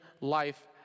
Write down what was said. life